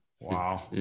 wow